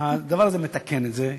הדבר הזה מתקן את זה.